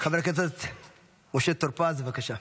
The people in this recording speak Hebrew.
חבר הכנסת משה טור פז, בבקשה,